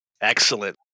Excellent